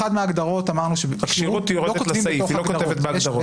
אמרנו שלא כותבים בתוך ההגדרות.